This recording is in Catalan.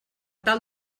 tal